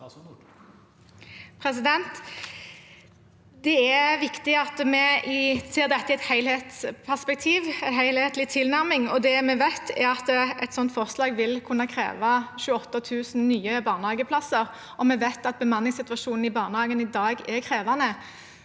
Det er vik- tig at vi ser dette i et helhetsperspektiv og har en helhetlig tilnærming. Det vi vet, er at et sånt forslag vil kunne kreve 28 000 nye barnehageplasser, og vi vet at bemanningssituasjonen i barnehagene i dag er krevende.